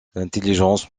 l’intelligence